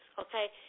Okay